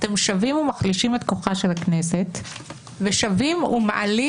אתם שבים ומחלישים את כוחה של הכנסת ושבים ומעלים